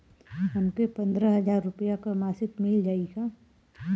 हमके पन्द्रह हजार रूपया क मासिक मिल जाई का?